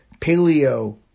paleo